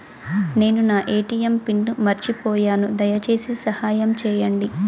నేను నా ATM pin మర్చిపోయాను, దయచేసి సహాయం చేయండి